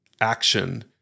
action